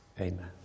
Amen